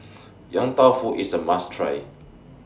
Yong Tau Foo IS A must Try